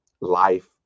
life